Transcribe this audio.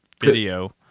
video